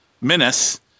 menace